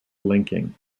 linking